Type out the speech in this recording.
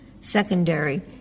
secondary